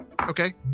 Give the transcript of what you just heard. Okay